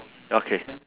ya okay